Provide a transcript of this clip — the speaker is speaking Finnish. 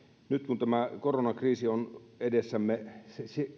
nyt kun tämä koronakriisi on edessämme niin